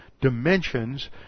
dimensions